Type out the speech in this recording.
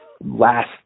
last